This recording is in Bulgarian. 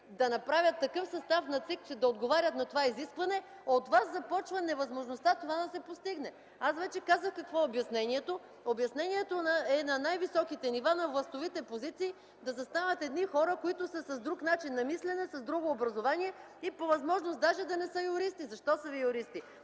да направят такъв състав на ЦИК, че да отговаря на това изискване, от вас започва невъзможността това да се постигне. Аз вече казах какво е обяснението – обяснението е на най-високите нива на властовите позиции да застанат едни хора, които са с друг начин на мислене, с друго образование и по възможност даже да на са юристи. Защо са ви юристи?